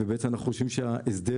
אנחנו חושבים שההסדר,